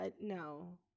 no